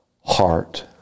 heart